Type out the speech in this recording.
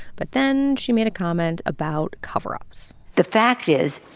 but then she made a comment about cover-ups the fact is,